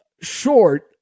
short